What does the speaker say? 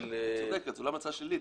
זאת לא המלצה שלילית.